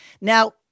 Now